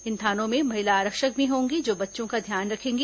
इन थानों में महिला आरक्षक भी होंगी जो बच्चों का ध्यान रखेंगी